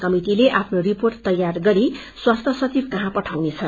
कमिटिले आफ्नो रिर्पोट तैयार गरी स्वास्थ्य सचिवकहाँ पठाउनेछ